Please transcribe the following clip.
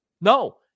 No